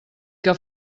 que